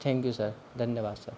thank you sir धन्यवाद sir